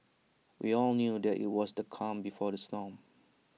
we all knew that IT was the calm before the storm